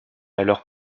alors